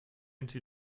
into